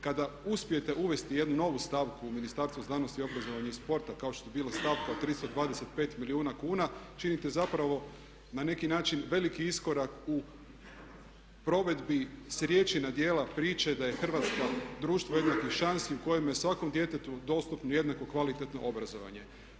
Kada uspijete uvesti jednu novu stavku u Ministarstvo znanosti, obrazovanja i sporta kao što je bila stavka od 325 milijuna kuna činite zapravo na neki način veliki iskorak u provedbi sa riječi na djela priče da je Hrvatska društvo jednakih šansi u kojemu je svakom djetetu dostupno jednako kvalitetno obrazovanje.